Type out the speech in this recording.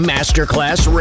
Masterclass